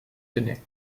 tenaient